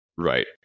Right